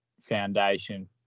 foundation